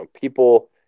people